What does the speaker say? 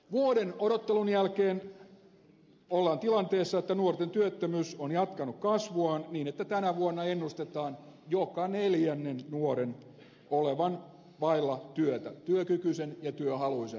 vuoden odottelun jälkeen ollaan tilanteessa että nuorten työttömyys on jatkanut kasvuaan niin että tänä vuonna ennustetaan joka neljännen nuoren olevan vailla työtä työkykyisen ja työhaluisen nuoren